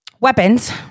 weapons